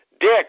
Dick